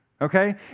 Okay